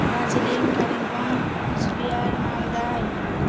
Darjeeling Kalimpong Coochbehar Malda Hooghly